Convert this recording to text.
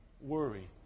worry